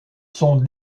sont